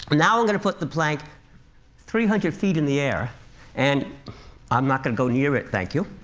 but now i'm going to put the plank three hundred feet in the air and i'm not going to go near it, thank you.